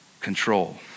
control